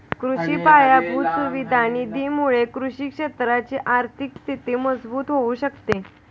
कृषि पायाभूत सुविधा निधी मुळे कृषि क्षेत्राची आर्थिक स्थिती मजबूत होऊ शकते